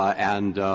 and